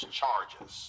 charges